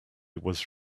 was